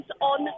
on